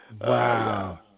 Wow